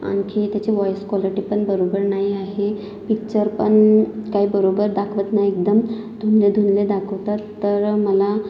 आणखी त्याची voice quality पण बरोबर नाही आहे पिक्चर पण काही बरोबर दाखवत नाही एकदम धुनलं धुनलं दाखवतात तर मला